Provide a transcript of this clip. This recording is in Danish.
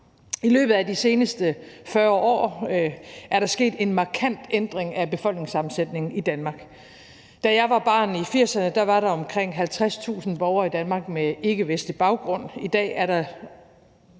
I løbet af de seneste 40 år er der sket en markant ændring af befolkningssammensætningen i Danmark. Da jeg var barn i 1980'erne, var der omkring 50.000 borgere i Danmark med ikkevestlig baggrund.